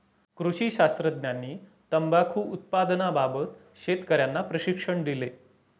कृषी शास्त्रज्ञांनी तंबाखू उत्पादनाबाबत शेतकर्यांना प्रशिक्षण दिले